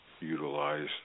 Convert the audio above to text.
utilize